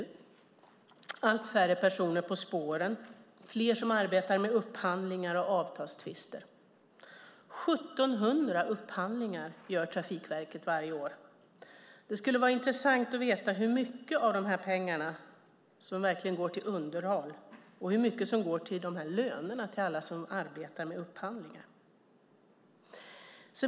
Det är allt färre personer på spåren. Det är fler som arbetar med upphandlingar och avtalstvister. Trafikverket gör 1 700 upphandlingar varje år. Det skulle vara intressant att veta hur mycket av de här pengarna som verkligen går till underhåll och hur mycket som går till löner till alla som arbetar med upphandlingar.